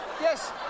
Yes